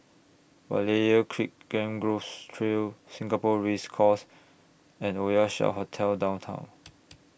Berlayer Creek Mangrove Trail Singapore Race Course and Oasia Hotel Downtown